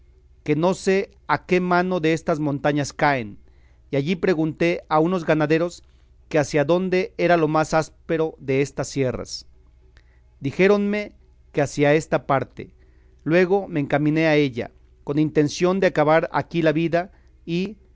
que no sé a qué mano destas montañas caen y allí pregunté a unos ganaderos que hacia dónde era lo más áspero destas sierras dijéronme que hacia esta parte luego me encaminé a ella con intención de acabar aquí la vida y